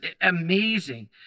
amazing